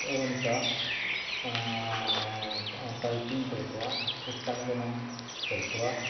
एवञ्च टैपिङ्ग् कृत्वा उट्टङ्कनं कृत्वा